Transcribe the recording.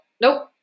nope